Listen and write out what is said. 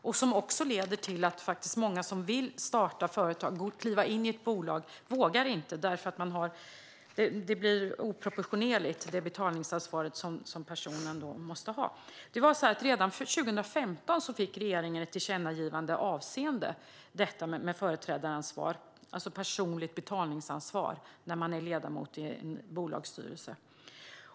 Det leder också till att många som vill starta företag eller kliva in i ett bolag inte vågar, för de får då ett oproportionerligt betalningsansvar. Redan 2015 fick regeringen ett tillkännagivande avseende företrädaransvar - det är alltså ett personligt betalningsansvar när man är ledamot i en bolagsstyrelse.